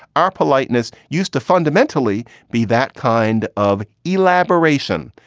our politeness used to fundamentally be that kind of elaboration.